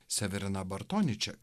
severina bartoniček